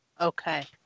Okay